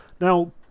Now